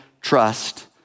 trust